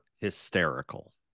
hysterical